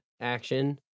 action